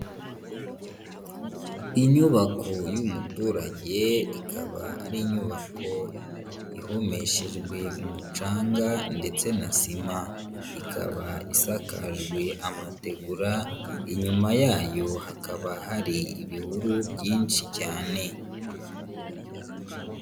Inyubako y'umuturage ikaba ari inyubako ihomeshejwe umucanga ndetse na sima. Ikaba isakajwe amategura, inyuma yayo hakaba hari ibihuru byinshi cyane.